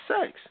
sex